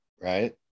right